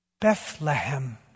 Bethlehem